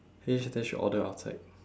hey then should order outside